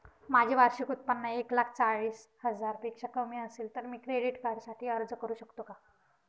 माझे वार्षिक उत्त्पन्न एक लाख चाळीस हजार पेक्षा कमी असेल तर मी क्रेडिट कार्डसाठी अर्ज करु शकतो का?